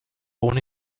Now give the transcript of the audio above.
born